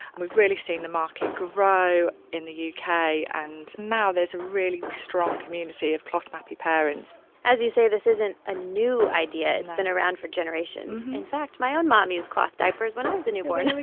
we've really seen the market grow in the u k. and now there's a really strong community of cloth-nappy parents as you say, this isn't a new idea. it's been around for generations. in fact, my own mom use cloth diapers when i was a newborn. and